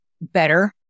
better